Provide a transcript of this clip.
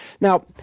Now